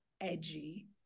edgy